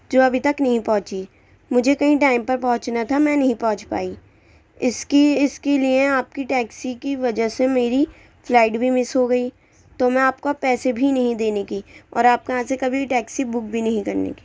جو ابھی تک نہیں پہنچی مجھے کہیں ٹائم پر پہنچنا تھا میں نہیں پہنچ پائی اس کی اس کی لئے آپ کی ٹیکسی کی وجہ سے میری فلائٹ بھی مس ہو گئی تو میں آپ کو اب پیسے بھی نہیں دینے کی اور آپ کے یہاں سے کبھی ٹیکسی بک بھی نہیں کرنے کی